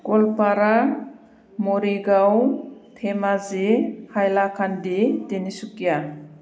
Goalpara Morigaon Dhemaji Hailakandi Tinsukia